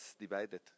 divided